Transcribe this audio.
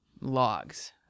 logs